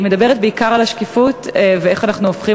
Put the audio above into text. היא מדברת בעיקר על השקיפות ואיך אנחנו הופכים